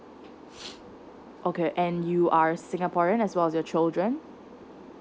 okay and you are a singaporean as well as your children